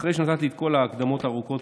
אחרי שנתתי את כל ההקדמות הארוכות,